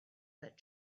that